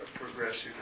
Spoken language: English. progressive